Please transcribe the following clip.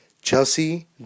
Chelsea